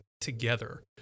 together